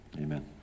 Amen